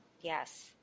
Yes